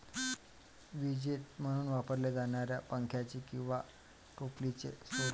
विजेते म्हणून वापरल्या जाणाऱ्या पंख्याचे किंवा टोपलीचे स्वरूप